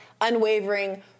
unwavering